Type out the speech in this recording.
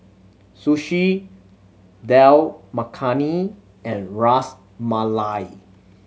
Sushi Dal Makhani and Ras Malai